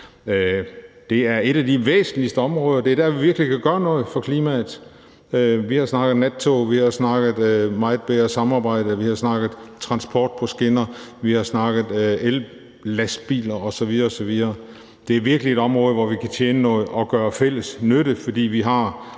Det er et af de væsentligste områder. Det er der, hvor vi virkelig kan gøre noget for klimaet. Vi har om snakket nattog, vi har snakket om, at vi skal have et meget bedre samarbejde, vi har snakket om transport på skinner, vi har snakket om ellastbiler osv. osv. Det er virkelig et område, hvor vi kan tjene noget og gøre fælles nytte, fordi vi har